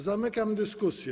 Zamykam dyskusję.